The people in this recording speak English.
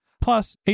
Plus